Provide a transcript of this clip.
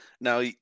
Now